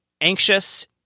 anxious